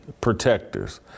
protectors